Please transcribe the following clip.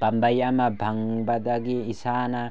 ꯄꯥꯝꯕꯩ ꯑꯃ ꯐꯪꯕꯗꯒꯤ ꯏꯁꯥꯅ